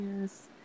yes